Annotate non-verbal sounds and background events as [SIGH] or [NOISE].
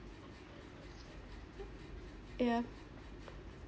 [NOISE] yeah [NOISE]